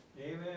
Amen